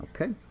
okay